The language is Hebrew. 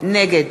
נגד